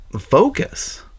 focus